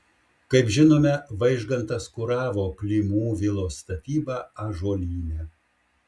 kaip žinome vaižgantas kuravo klimų vilos statybą ąžuolyne